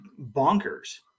bonkers